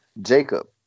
Jacob